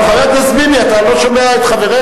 אבל, חבר הכנסת ביבי, אתה לא שומע את חבריך?